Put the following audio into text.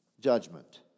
judgment